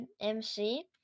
MC